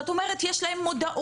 את אומרת: יש להם מודעות,